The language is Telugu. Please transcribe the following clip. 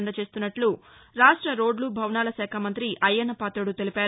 అందజేస్తున్నట్ల రాష్ట రోడ్లు భవనాల శాఖ మంతి అయ్యన్నపాతుడు తెలిపారు